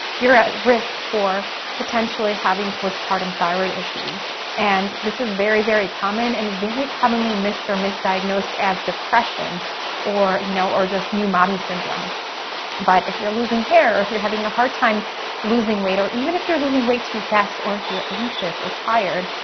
you're at risk for potentially having post-partum thyroid issues and this is very, very common and very commonly missed or misdiagnosed as depression or you know or just new mommy syndrome but if you're losing hair or you're having a hard time losing weight or even if you're losing weight too fast or if you're anxious or tired,